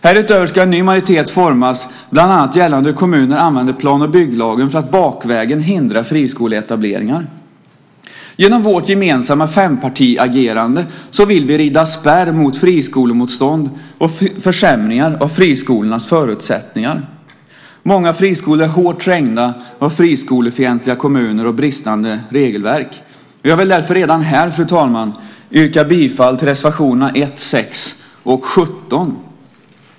Härutöver ska en ny majoritet formas bland annat gällande hur kommuner använder plan och bygglagen för att bakvägen hindra friskoleetableringar. Genom vårt gemensamma fempartiagerande vill vi rida spärr mot friskolemotstånd och försämringar av friskolornas förutsättningar. Många friskolor är hårt trängda av friskolefientliga kommuner och bristande regelverk. Jag vill därför redan här, fru talman, yrka bifall till reservationerna 1, 6 och 18.